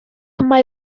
mae